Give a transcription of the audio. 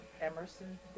Emerson